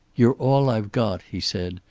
you're all i've got, he said.